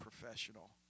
professional